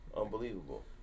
Unbelievable